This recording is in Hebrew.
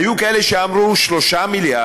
היו כאלה שאמרו 3 מיליארד,